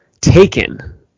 Taken